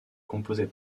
composait